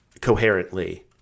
coherently